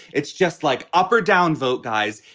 it's just like upper downvote guys.